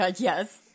yes